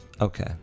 Okay